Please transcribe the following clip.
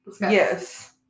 Yes